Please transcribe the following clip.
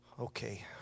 Okay